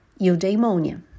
Eudaimonia